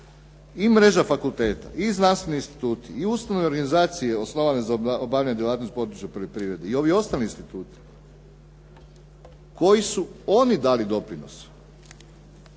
i mreža fakulteta i znanstveni instituti, i ustanove i organizacije osnovane za obavljanje djelatnosti u području poljoprivrede, i ovi ostali instituti, koji su oni dali doprinos